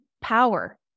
power